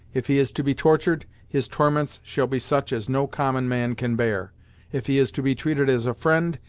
if he is to be tortured, his torments shall be such as no common man can bear if he is to be treated as a friend,